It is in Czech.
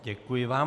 Děkuji vám.